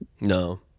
No